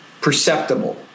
perceptible